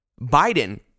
Biden